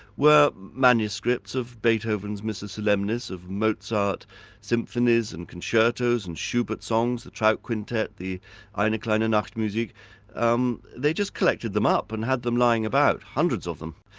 were manuscripts of beethoven's missa solemnis, of mozart symphonies and concertos, and schubert songs, the trout quintet, the eine kleine and nachtmusik, um they just collected them up and had them lying about, hundreds of them.